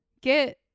get –